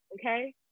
okay